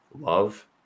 love